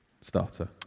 starter